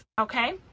okay